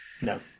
No